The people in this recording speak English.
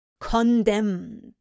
condemned